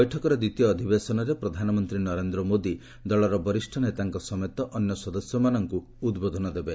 ବୈଠକର ଦ୍ୱିତୀୟ ଅଧିବେଶନରେ ପ୍ରଧାନମନ୍ତ୍ରୀ ନରେନ୍ଦ୍ର ମୋଦି ଦଳର ବରିଷ୍ଣ ନେତାଙ୍କ ସମେତ ଅନ୍ୟ ସଦସ୍ୟମାନଙ୍କୁ ଉଦ୍ବୋଧନ ଦେବେ